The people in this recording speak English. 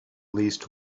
least